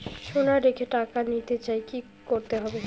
সোনা রেখে টাকা নিতে চাই কি করতে হবে?